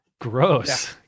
gross